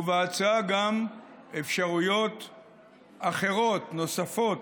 ובהצעה יש גם אפשרויות אחרות, נוספות,